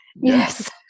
yes